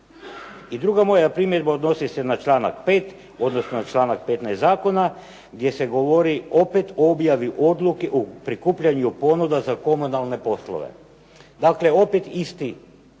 I druga moja primjedba odnosi se na članak 5., odnosno članak 15. zakona gdje se govori opet o objavi odluke u prikupljanju ponuda za komunalne poslove. Dakle, opet isti